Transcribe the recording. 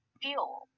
fuel